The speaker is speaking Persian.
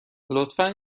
لطفا